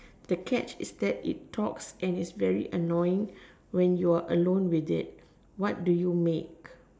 the catch is that it talks and it's very annoying when you are alone with it what do you make